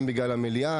גם בגלל המליאה,